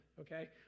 okay